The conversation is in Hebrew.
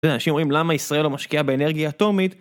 אנשים אומרים למה ישראל לא משקיעה באנרגיה אטומית?